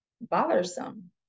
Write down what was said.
bothersome